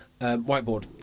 whiteboard